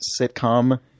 sitcom